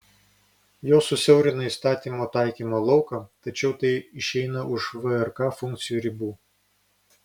jos susiaurina įstatymo taikymo lauką tačiau tai išeina už vrk funkcijų ribų